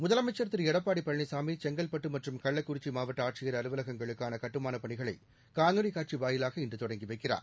முதலமைச்சர் திரு எடப்பாடி பழனிசாமி செங்கல்பட்டு மற்றும் கள்ளக்குறிச்சி மாவட்ட ஆட்சியர் அலுவலகங்களுக்கான கட்டுமானப் பணிகளை காணொளி காட்சி வாயிலாக இன்று தொடங்கி வைக்கிறார்